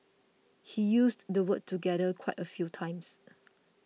he used the word together quite a few times